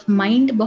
mind